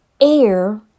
air